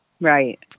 right